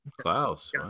klaus